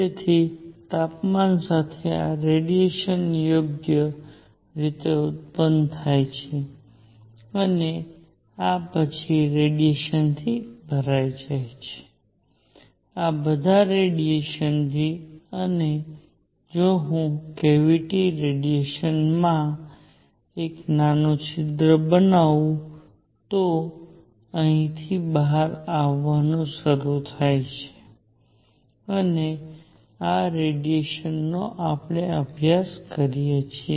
તેથી તાપમાન સાથે આ રેડીએશન યોગ્ય રીતે ઉત્પન્ન થાય છે અને આ પછી રેડીએશનથી ભરાઈ જાય છે આ બધા રેડીએશનથી અને જો હું કેવીટી રેડીએશનમાં એક નાનું છિદ્ર બનાવું તો અહીંથી બહાર આવવાનું શરૂ થાય છે અને આ રેડીએશનનો આપણે અભ્યાસ કરીએ છીએ